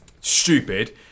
Stupid